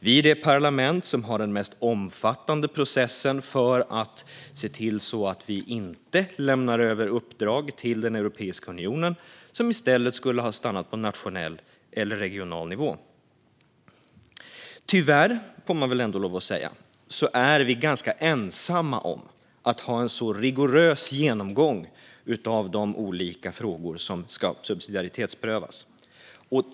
Vi är det parlament som har den mest omfattande processen för att se till att vi inte lämnar över uppdrag till Europeiska unionen som i stället skulle ha stannat på nationell eller regional nivå. Tyvärr, får man väl ändå lov att säga, är vi ganska ensamma om att ha en så rigorös genomgång av de olika frågor som ska subsidiaritetsprövas.